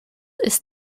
ist